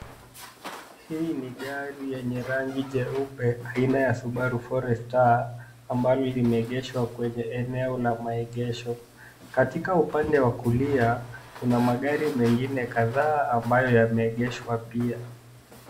Hii ni gari yenye rangi jeupe aina ya Subaru forester ambalo limeegeshwa kwenye eneo la maegesho. Katika upande wa kulia kuna magari mengine kadhaa ambayo yameegeshwa pia.